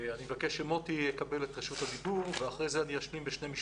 אני מבקש שמוטי יקבל את רשות הדיבור ואחר כך אני אשלים בשני משפטים.